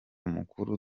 mukuru